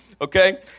Okay